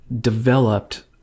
developed